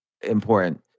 important